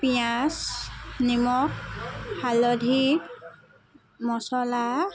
পিঁয়াজ নিমখ হালধি মচলা